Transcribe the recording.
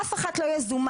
אף אחד לא יזומה.